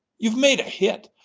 you've made a hit.